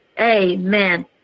amen